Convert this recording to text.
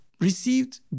received